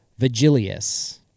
Vigilius